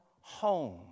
home